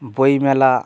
বইমেলা